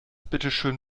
bitteschön